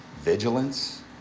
Vigilance